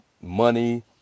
money